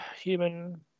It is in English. human